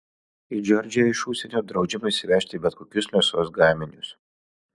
į džordžiją iš užsienio draudžiama įsivežti bet kokius mėsos gaminius